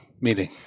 meeting